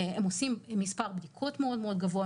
הם עושים מספר בדיקות מאוד גבוה,